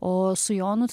o su jonu